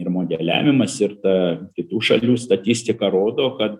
modeliavimas ir ta kitų šalių statistika rodo kad